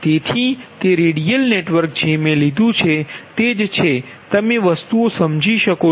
તેથી તે radial network જે મેં લીધું છે તે જ છે તમે વસ્તુઓ સમજી શકો છો